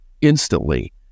instantly